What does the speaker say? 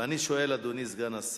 ואני שואל, אדוני סגן השר: